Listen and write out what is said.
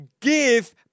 give